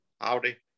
Howdy